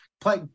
play